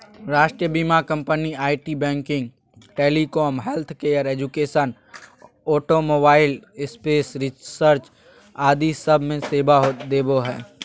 राष्ट्रीय बीमा company IT, banking, telecom, healthcare, education, automobile, space research आदि सब मे सेवा देवो हय